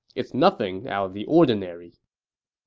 it's nothing out of the ordinary.